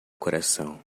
coração